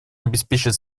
обеспечить